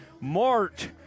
Mart